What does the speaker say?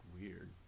weird